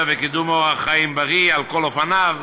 בקידום אורח חיים בריא על כל אופניו,